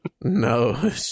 No